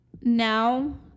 Now